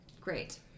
Great